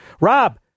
Rob